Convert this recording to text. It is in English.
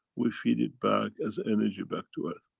we feed it back, as energy back to earth.